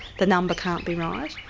the number can't be right.